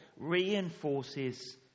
reinforces